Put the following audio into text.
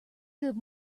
good